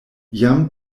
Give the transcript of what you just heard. jam